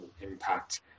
impact